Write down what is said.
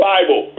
Bible